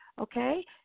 okay